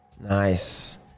nice